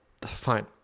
fine